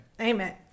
Amen